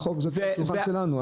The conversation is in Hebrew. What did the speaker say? החוק הוא כבר על השולחן שלנו.